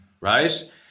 right